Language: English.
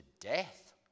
death